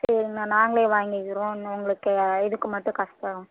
சரிண்ணா நாங்களே வாங்கிக்கிறோம் இன்னும் உங்களுக்கு இதுக்கு மட்டும் காசு தரோம்